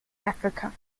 africa